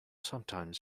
sometimes